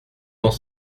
dans